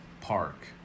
park